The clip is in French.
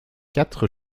quatre